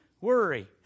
Worry